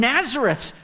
Nazareth